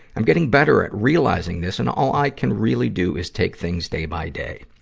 i'm getting better at realizing this, and all i can really do is take things day by day.